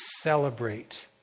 celebrate